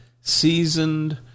seasoned